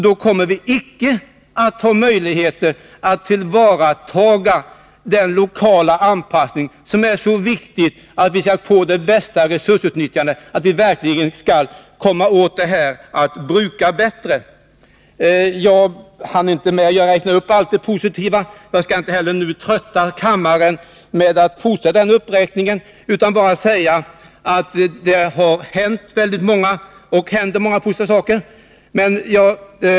Då kommer vi inte att ha möjligheter att tillvarata den lokala anpassning som är så viktig för att få bästa resursutnyttjande och verkligen komma åt detta att bruka bättre. Jag hann inte med att räkna upp så många exempel på allt det positiva som har hänt på energiområdet i mitt förra anförande, och jag skall inte heller nu trötta kammaren med att fortsätta uppräkningen. Jag vill bara säga att det har hänt och händer mycket som är positivt.